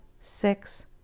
six